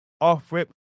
off-rip